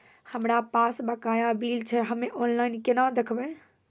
हमरा पास बकाया बिल छै हम्मे ऑनलाइन केना देखबै?